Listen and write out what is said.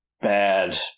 Bad